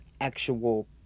actual